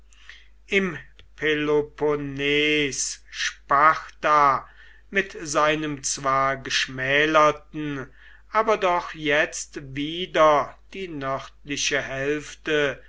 im peloponnes sparta mit seinem zwar geschmälerten aber doch jetzt wieder die nördliche hälfte